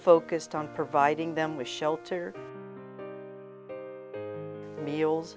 focused on providing them with shelter meal